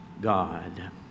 God